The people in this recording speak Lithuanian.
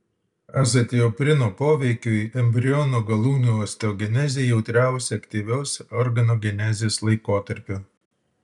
azatioprino poveikiui embriono galūnių osteogenezė jautriausia aktyvios organogenezės laikotarpiu